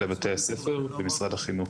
אלא בתי-הספר ומשרד החינוך.